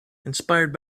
inspired